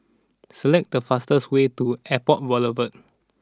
select the fastest way to Airport Boulevard